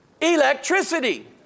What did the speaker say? Electricity